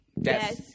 Yes